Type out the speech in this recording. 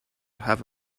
have